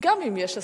גם אם יש הסכמה.